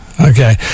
Okay